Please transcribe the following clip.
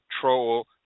Troll